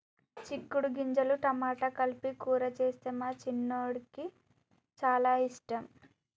చిక్కుడు గింజలు టమాటా కలిపి కూర చేస్తే మా చిన్నోడికి చాల ఇష్టం